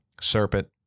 Serpent